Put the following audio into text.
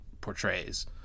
portrays